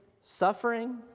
suffering